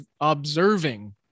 observing